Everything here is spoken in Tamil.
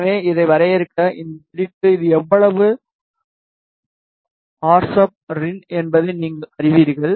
எனவே இதை வரையறுக்க இந்த பிரிப்பு இது எவ்வளவு R sub r in rsub - rin என்பதை நீங்கள் அறிவீர்கள்